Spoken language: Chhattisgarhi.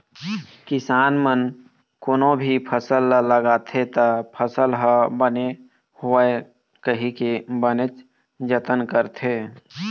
किसान मन कोनो भी फसल ह लगाथे त फसल ह बने होवय कहिके बनेच जतन करथे